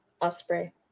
osprey